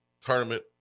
tournament